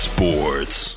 Sports